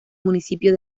municipio